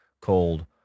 called